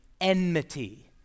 enmity